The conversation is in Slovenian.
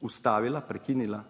ustavila, prekinila